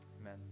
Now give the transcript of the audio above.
Amen